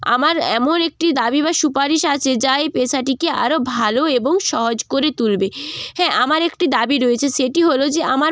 আমার এমন একটি দাবি বা সুপারিশ আছে যা এই পেশাটিকে আরও ভালো এবং সহজ করে তুলবে হ্যাঁ আমার একটি দাবি রয়েছে সেটি হলো যে আমার